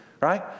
right